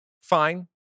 fine